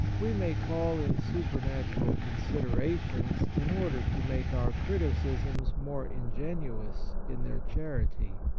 we may call in supernatural con siderations in order to make our criticisms more ingenious in their charity.